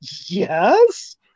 yes